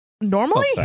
normally